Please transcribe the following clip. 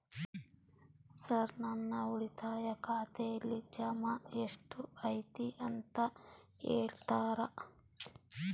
Sir ನನ್ನ ಉಳಿತಾಯ ಖಾತೆಯಲ್ಲಿ ಜಮಾ ಎಷ್ಟು ಐತಿ ಅಂತ ಹೇಳ್ತೇರಾ?